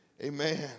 Amen